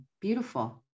Beautiful